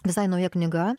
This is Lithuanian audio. visai nauja knyga